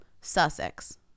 sussex